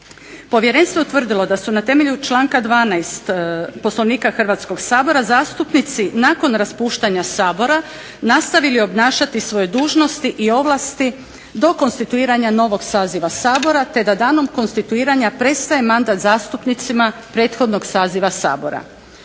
Povjerenstvo je utvrdilo da su na temelju članka 12. Poslovnika Hrvatskog sabora zastupnici nakon raspuštanja Sabora nastavili obnašati svoje dužnosti i ovlasti do konstituiranja novog saziva Sabora, te da danom konstituiranja prestaje mandat zastupnicima prethodnog saziva Sabora.